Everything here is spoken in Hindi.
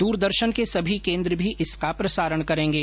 दूरदर्शन के सभी केन्द्र भी इसका प्रसारण करेंगे